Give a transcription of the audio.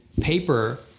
paper